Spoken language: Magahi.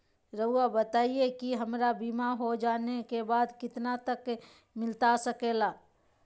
रहुआ बताइए कि हमारा बीमा हो जाने के बाद कितना तक मिलता सके ला?